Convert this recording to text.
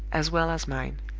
as well as mine!